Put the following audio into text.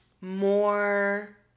more